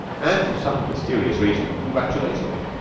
and, for some mysterious reason, congratulatory.